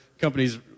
companies